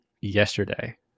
yesterday